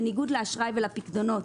בניגוד לאשראי ולפיקדונות,